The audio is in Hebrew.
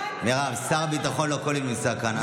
מירב, שר הביטחון לא כל יום נמצא כאן.